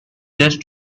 just